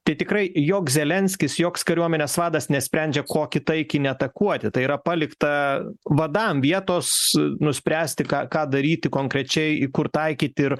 tai tikrai joks zelenskis joks kariuomenės vadas nesprendžia kokį taikinį atakuoti tai yra palikta vadam vietos nuspręsti ką ką daryti konkrečiai į kur taikyt ir